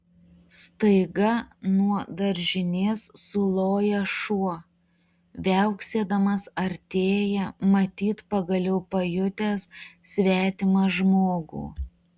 staiga nuo daržinės suloja šuo viauksėdamas artėja matyt pagaliau pajutęs svetimą žmogų